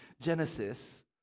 Genesis